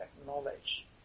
acknowledge